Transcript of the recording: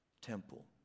temple